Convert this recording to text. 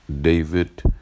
David